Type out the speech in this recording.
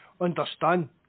understand